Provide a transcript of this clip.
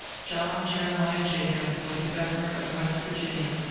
john jeremiah jacob was a governor of west virginia,